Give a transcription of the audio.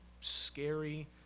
scary